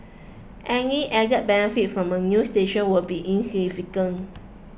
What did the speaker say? any added benefit from a new station will be insignificant